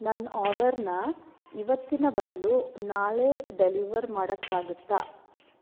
ನನ್ನ ಆರ್ಡರನ್ನ ಇವತ್ತಿನ ಬದಲು ನಾಳೆ ಡೆಲಿವರ್ ಮಾಡೋಕ್ಕಾಗತ್ತಾ